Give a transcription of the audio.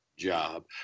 Job